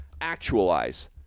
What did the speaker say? actualize